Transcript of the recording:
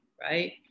right